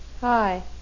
Hi